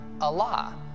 Allah